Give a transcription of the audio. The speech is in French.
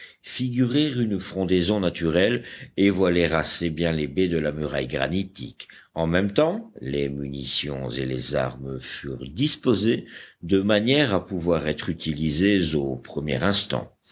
figurer une frondaison naturelle et voiler assez bien les baies de la muraille granitique en même temps les munitions et les armes furent disposées de manière à pouvoir être utilisées au premier instant